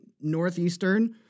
Northeastern